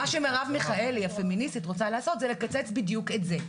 מה שמרב מיכאלי הפמיניסטית רוצה לעשות הוא לקצץ בדיוק את זה.